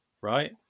right